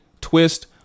twist